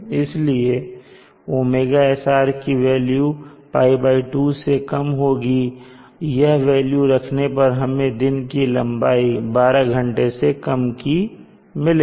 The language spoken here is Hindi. इसलिए ωsr की वेल्यू π2 से कम होगी और यह वेल्यू रखने पर हमें दिन की लंबाई 12 घंटे से कम की मिलेगी